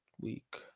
week